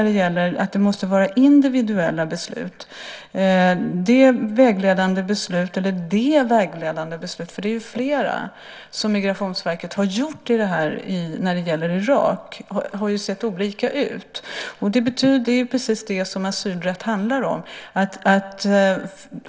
Det måste vara individuella beslut. De vägledande besluten - det är ju flera som Migrationsverket har fattat när det gäller Irak - har sett olika ut. Det är det som asylrätt handlar om.